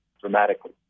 dramatically